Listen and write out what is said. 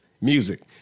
music